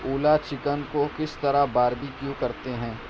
اولا chicken کو کس طرح باربیکیو کرتے ہیں